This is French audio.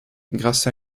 grâce